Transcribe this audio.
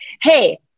hey